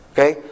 Okay